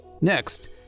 Next